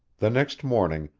the next morning,